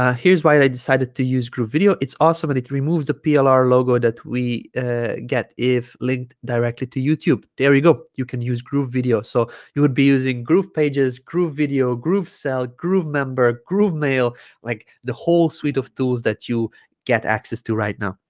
ah here's why i decided to use groovevideo it's awesome and it removes the plr logo that we ah get if linked directly to youtube there you go you can use groovevideo so you would be using groovepages groovevideo groovesell groovemember groovemail like the whole suite of tools that you get access to right now